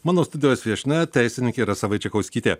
mano studijos viešnia teisininkė rasa vaičekauskytė